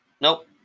Nope